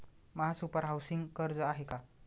महासुपर हाउसिंग कर्ज आहे का?